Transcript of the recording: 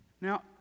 Now